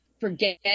forget